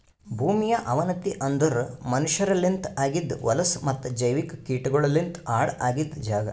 ಭೂಮಿಯ ಅವನತಿ ಅಂದುರ್ ಮನಷ್ಯರಲಿಂತ್ ಆಗಿದ್ ಹೊಲಸು ಮತ್ತ ಜೈವಿಕ ಕೀಟಗೊಳಲಿಂತ್ ಹಾಳ್ ಆಗಿದ್ ಜಾಗ್